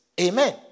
Amen